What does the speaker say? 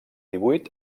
divuit